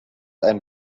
einen